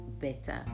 better